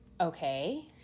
Okay